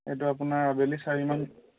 এইটো আপোনাৰ অবেলি চাৰিমান